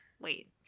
wait